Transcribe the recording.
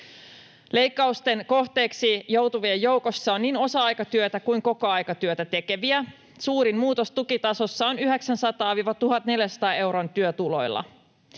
Leikkausten kohteeksi joutuvien joukossa on niin osa-aikatyötä kuin kokoaikatyötä tekeviä. Suurin muutos tukitasossa on 900—1 400 euron työtuloilla.